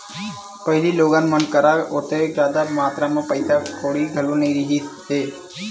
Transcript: पहिली लोगन मन करा ओतेक जादा मातरा म पइसा कउड़ी घलो नइ रिहिस हे